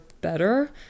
better